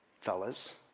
fellas